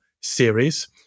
series